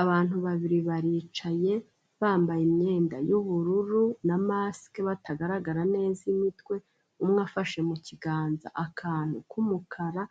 Abantu babiri baricaye bambaye imyenda y'ubururu na masike batagaragara neza imitwe umwe afashe mu kiganza akantu k'umukara